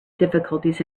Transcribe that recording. difficulties